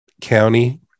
County